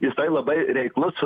jisai labai reiklus